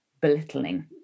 belittling